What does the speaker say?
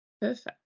Perfect